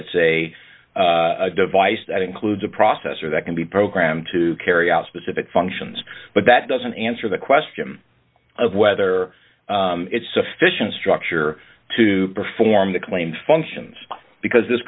it's a device that includes a processor that can be programmed to carry out specific functions but that doesn't answer the question of whether it's sufficient structure to perform the claimed functions because th